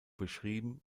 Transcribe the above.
beschrieben